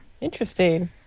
interesting